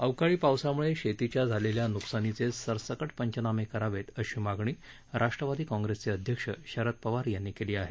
अवकाळी पावसामुळे शेतीच्या झालेल्या नुकसानीचे सरसकट पंचनामे करावेत अशी मागणी राष्ट्रवादी कॉंग्रैसचे अध्यक्ष शरद पवार यांनी केली आहे